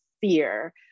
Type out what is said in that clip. fear